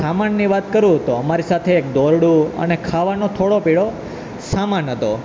સામાનની વાત કરું તો અમારી સાથે એક દોરડું અને ખાવાનો થોડો ઘણો સમાન હતો